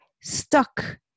stuck